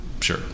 Sure